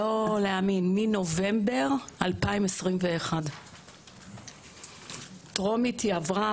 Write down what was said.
לא להאמין, מנובמבר 2021. ההצעה עברה